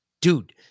Dude